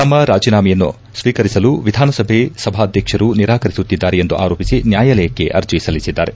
ತಮ್ಮ ರಾಜೀನಾಮೆಯನ್ನು ಸ್ವೀಕರಿಸಲು ವಿಧಾನಸಭೆ ಸಭಾಧ್ಯಕ್ಷರು ನಿರಾಕರಿಸುತ್ತಿದ್ದಾರೆ ಎಂದು ಆರೋಪಿಸಿ ನ್ಯಾಯಾಲಯಕ್ಕೆ ಅರ್ಜಿ ಸಲ್ಲಿಸಿದ್ದಾರೆ